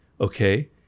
Okay